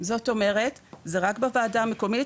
זאת אומרת, זה רק בוועדה המקומית.